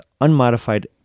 unmodified